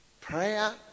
prayer